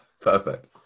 perfect